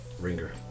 ringer